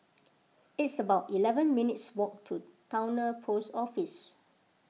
it's about eleven minutes' walk to Towner Post Office